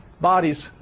bodies